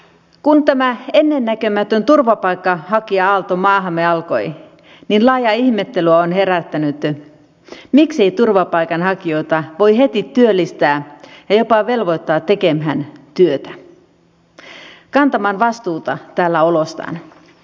kun tämä ennennäkemätön turvapaikanhakija aalto maahamme alkoi niin laajaa ihmettelyä on herättänyt miksei turvapaikanhakijoita voi heti työllistää ja jopa velvoittaa tekemään työtä kantamaan vastuuta täällä olostaan